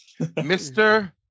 Mr